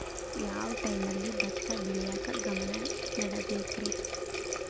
ಯಾವ್ ಟೈಮಲ್ಲಿ ಭತ್ತ ಬೆಳಿಯಾಕ ಗಮನ ನೇಡಬೇಕ್ರೇ?